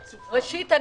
ראשית,